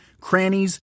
crannies